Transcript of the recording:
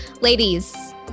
ladies